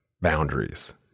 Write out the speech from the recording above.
boundaries